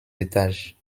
étages